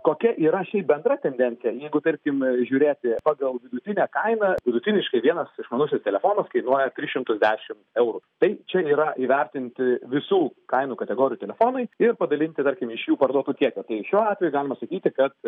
kokia yra šiaip bendra tendencija jeigu tarkim žiūrėti pagal vidutinę kainą vidutiniškai vienas išmanusis telefonas kainuoja tris šimtus dešim eurų tai čia yra įvertinti visų kainų kategorijų telefonai ir padalinti tarkim iš jų parduotų kiekio tai šiuo atveju galima sakyti kad